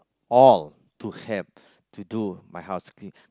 all to have to do my house cleaning